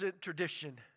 tradition